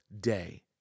day